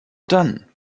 dann